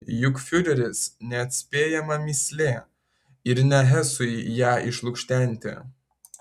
juk fiureris neatspėjama mįslė ir ne hesui ją išlukštenti